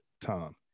time